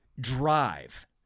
drive